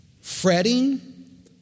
fretting